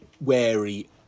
wary